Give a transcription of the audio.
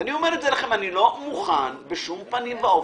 אני אומר לכם: אני לא מוכן בשום פנים ואופן.